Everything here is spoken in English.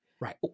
Right